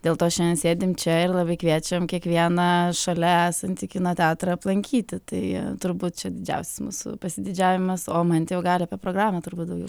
dėl to šiandien sėdim čia ir labai kviečiam kiekvieną šalia esantį kino teatrą aplankyti tai turbūt čia didžiausias mūsų pasididžiavimas o mantė jau gali apie programą turbūt daugiau